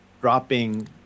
dropping